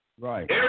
Right